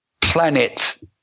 planet